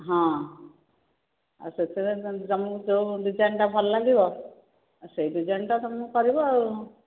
ହଁ ଆଉ ସେତେବେଳେ ତୁମକୁ ଯେଉଁ ଡିଜାଇନ୍ ଟା ଭଲ ଲାଗିବ ଆଉ ସେଇ ଡିଜାଇନ୍ ଟା ତୁମେ କରିବ ଆଉ